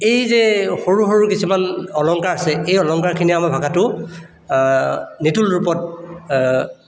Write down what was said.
এই যে সৰু সৰু কিছুমান অলংকাৰ আছে এই অলংকাৰখিনিয়ে আমাৰ ভাষাটো নিতুল ৰূপত